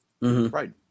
Right